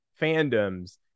fandoms